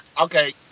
Okay